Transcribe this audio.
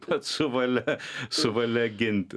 kad su valia su valia ginti